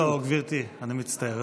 לא, גברתי, אני מצטער.